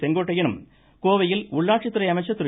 செங்கோட்டையனும் கோவையில் உள்ளாட்சித்துறை அமைச்சர் திரு